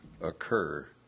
occur